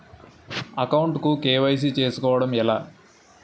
Account కు KYC చేసుకోవడం ఎలా?